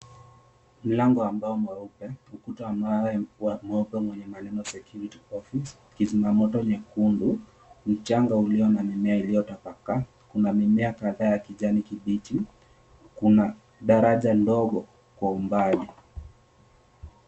Mlango wa mbao mweupe, ukuta wa mawe mweupe mwenye maneno security office kizima moto nyekundu, mchanga ulio na mimea iliyotapakaa, kuna mimea kadhaa ya kijani kibichi kuna daraja ndogo kwa umbali.